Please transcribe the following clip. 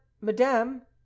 madame